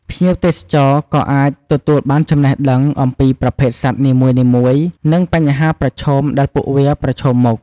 ភ្ញៀវទេសចរក៏អាចទទួលបានចំណេះដឹងអំពីប្រភេទសត្វនីមួយៗ និងបញ្ហាប្រឈមដែលពួកវាប្រឈមមុខ។